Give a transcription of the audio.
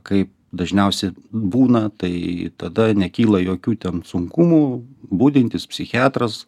kaip dažniausia būna tai tada nekyla jokių ten sunkumų budintis psichiatras